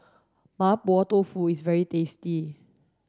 Mapo Tofu is very tasty